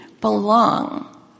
belong